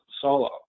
solo